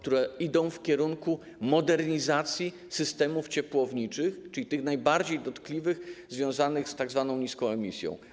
Te umowy idą w kierunku modernizacji systemów ciepłowniczych, czyli tych najbardziej dotkliwych, związanych z tzw. niską emisją.